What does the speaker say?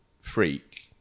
freak